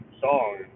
song